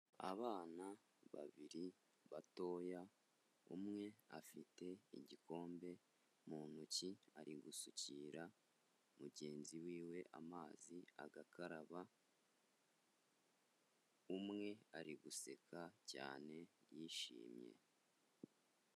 Abana babiri batoya, umwe afite igikombe mu ntoki, ari gusukira mugenzi wiwe amazi agakaraba, umwe ari guseka cyane yishimye.